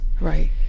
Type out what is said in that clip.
Right